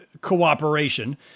cooperation